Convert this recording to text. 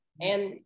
And-